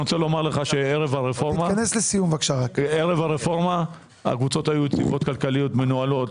אני רוצה להגיד לך שערב הרפורמה הקבוצות היו יציבות כלכליות ומנוהלות.